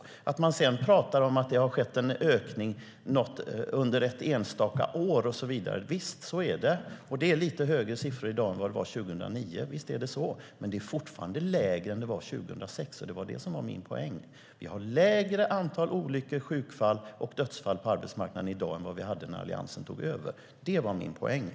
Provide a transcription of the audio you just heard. Att man sedan pratar om att det har skett en ökning under ett enstaka år och så vidare - visst, så är det. Det är lite högre siffror i dag än det var 2009 - visst är det så - men det är fortfarande lägre än det var 2006. Det var det som var min poäng: Vi har ett lägre antal olyckor, sjukfall och dödsfall på arbetsmarknaden i dag än vad vi hade när Alliansen tog över. Det var min poäng.